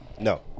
no